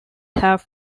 have